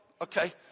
Okay